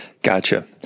Gotcha